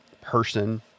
person